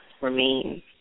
remain